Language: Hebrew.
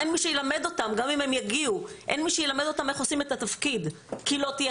אין מי שילמד אותם איך עושים את התפקיד גם אם הם יגיעו.